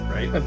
Right